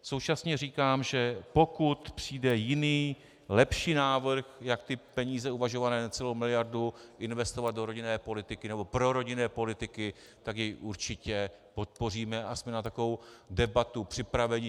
Současně říkám, že pokud přijde jiný, lepší návrh, jak ty uvažované peníze, celou miliardu, investovat do rodinné politiky nebo pro rodinnou politiku, tak jej určitě podpoříme a jsme na takovou debatu připraveni.